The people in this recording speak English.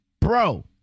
bro